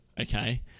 okay